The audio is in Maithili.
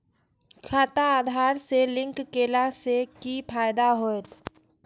खाता आधार से लिंक केला से कि फायदा होयत?